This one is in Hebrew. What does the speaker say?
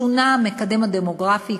שונה המקדם הדמוגרפי,